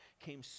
came